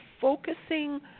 focusing